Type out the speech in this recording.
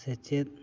ᱥᱮᱪᱮᱫ